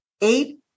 eight